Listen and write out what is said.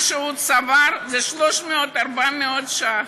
מה שהוא צבר זה 400-300 ש"ח,